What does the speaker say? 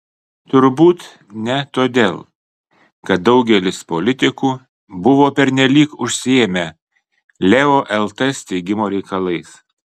turbūt ne todėl kad daugelis politikų buvo pernelyg užsiėmę leo lt steigimo reikalais